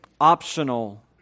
optional